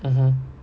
(uh huh)